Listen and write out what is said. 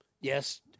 Yes